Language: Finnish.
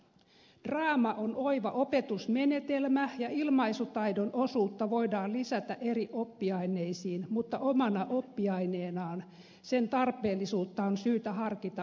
draama on oiva opetusmenetelmä ja ilmaisutaidon osuutta voidaan lisätä eri oppiaineisiin mutta omana oppiaineenaan sen tarpeellisuutta on syytä harkita uudestaan